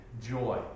joy